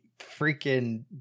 freaking